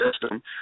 system